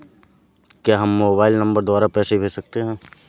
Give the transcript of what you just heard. क्या हम mobile number द्वारा पैसे भेज सकते हैं?